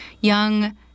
young